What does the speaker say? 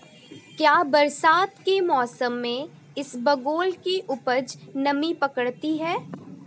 क्या बरसात के मौसम में इसबगोल की उपज नमी पकड़ती है?